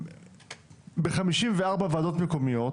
בחמישים וארבע ועדות מקומיות,